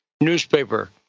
Newspaper